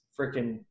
freaking